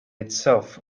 itself